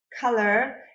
color